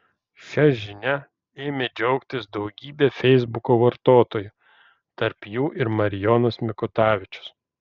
šia žinia ėmė džiaugtis daugybė feisbuko vartotojų tarp jų ir marijonas mikutavičius